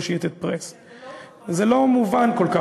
זה לא הוכחש,